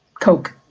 Coke